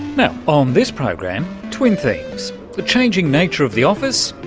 you know on this program, twin themes the changing nature of the office,